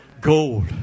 Gold